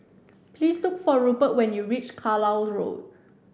please look for Rupert when you reach Carlisle Road